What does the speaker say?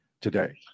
today